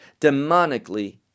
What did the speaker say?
demonically